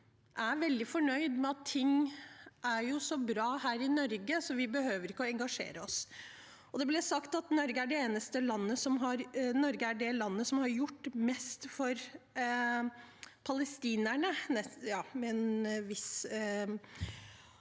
er veldig fornøyd med at ting jo er så bra her i Norge, så vi behøver ikke å engasjere oss. Det ble sagt at Norge er det landet som har gjort mest for palestinerne,